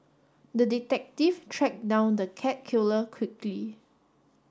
the detective tracked down the cat killer quickly